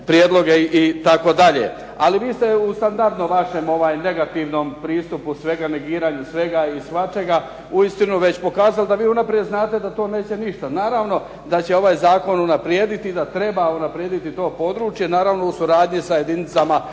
prijedloge itd, ali vi se u standardno vašem negativnom pristupu i negiranju svega i svačega uistinu već pokazalo da vi unaprijed znate da to neće ništa. Naravno da će ovaj Zakon unaprijediti i da treba unaprijediti to područje naravno u suradnji sa jedinicama